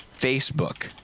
facebook